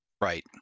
Right